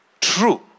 true